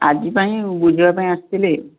ଆଜି ପାଇଁ ବୁଝିବା ପାଇଁ ଆସିଥିଲି